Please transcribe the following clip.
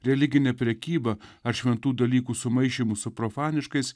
religine prekyba ar šventų dalykų sumaišymu su profaniškais